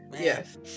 yes